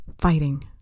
fighting